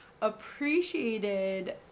appreciated